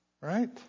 Right